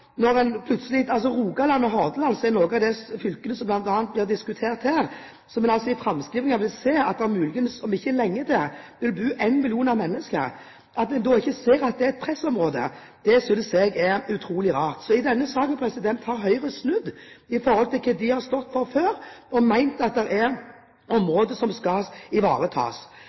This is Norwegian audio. i framtiden – om ikke lenge – vil bo om lag en million mennesker. At en da ikke ser at det er pressområder, synes jeg er utrolig rart. I denne saken har Høyre snudd i forhold til hva de har stått for før, da de har ment at det er områder som skal ivaretas.